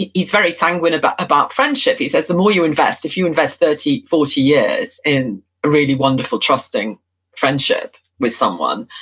he's very sanguine about about friendship, he says the more you invest, if you invest thirty, forty years in a really wonderful, trusting friendship with someone,